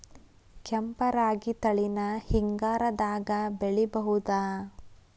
ಕೆಂಪ ರಾಗಿ ತಳಿನ ಹಿಂಗಾರದಾಗ ಬೆಳಿಬಹುದ?